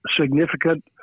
significant